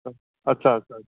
आदसा आदसा आदसा